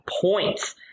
points